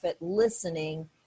listening